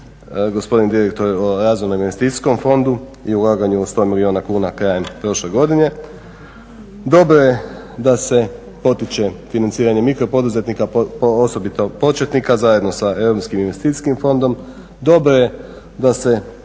gospodin direktor o Razvojnom investicijskom fondu i ulaganju od 100 milijuna kuna krajem prošle godine. Dobro je da se potiče financiranje mikro poduzetnika, osobito početnika, zajedno sa Europskim investicijskim fondom. Dobro je da se potiču